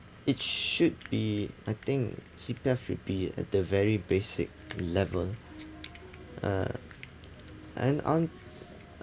it should be I think C_P_F should be at the very basic level uh and